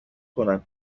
کنم